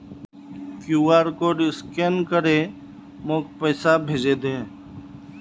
QR code scan करे मोक पैसा भेजे दे